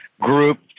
group